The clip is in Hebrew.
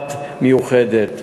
משמעת מיוחדת.